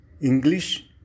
English